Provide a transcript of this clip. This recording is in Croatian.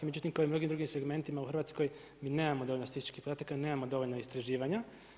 Međutim, kao i u mnogim drugim segmentima u Hrvatskoj mi nemamo dovoljno statističkih podataka, nemamo dovoljno istraživanja.